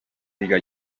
diga